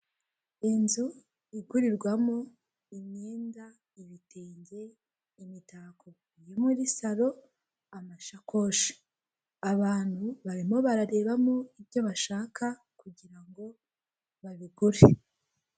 Inzu igurirwamo imyenda, ibitenge, imitako yo muri salo, amasakoshi. Abantu barimo bararebamo ibyo bashaka kugira ngo babigure.